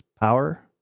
power